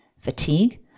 fatigue